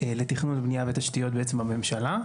לתכנון בנייה ותשתיות בממשלה.